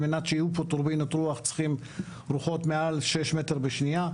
על מנת שיהיו פה טורבינות רוח צריכים רוחות מעל שישה מטר בשנייה.